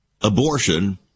abortion